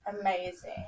Amazing